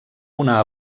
una